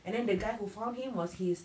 and then the guy who found him was his